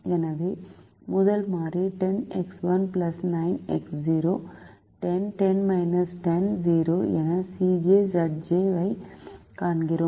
எனவே முதல் மாறி 10 10 10 0 என Cj Zj ஐக் காண்கிறோம்